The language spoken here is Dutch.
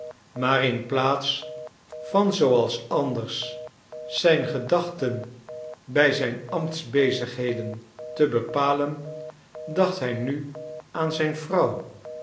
maar in plaats van zooals anders zijn gedachten bij zijn ambtsbezigheden te bepalen dacht hij nu aan zijn vrouw